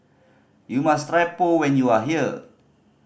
you must try Pho when you are here